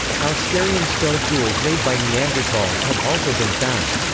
mousterian stone tools made by neandertals have also been found.